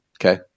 Okay